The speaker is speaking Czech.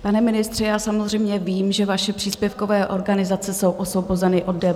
Pane ministře, já samozřejmě vím, že vaše příspěvkové organizace jsou osvobozeny od DPH.